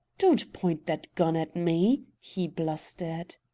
don't point that gun at me! he blustered.